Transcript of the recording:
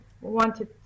wanted